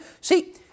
See